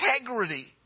integrity